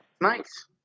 Nice